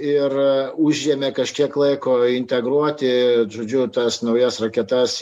ir užėmė kažkiek laiko integruoti žodžiu tas naujas raketas